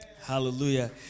Hallelujah